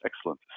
Excellent